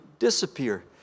disappear